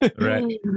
right